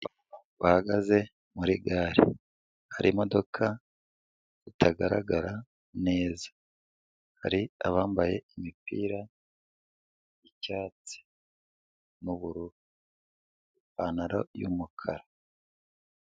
Bahagaze muri gare, hari imodoka itagaragara neza, hari abambaye imipira y'icyatsi, n'ubururu, ipantaro y'umukara.